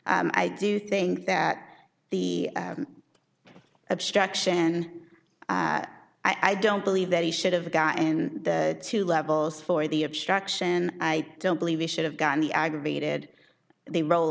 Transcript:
i do think that the obstruction and i don't believe that he should have the guy and the two levels for the obstruction i don't believe they should have gotten the aggravated they roll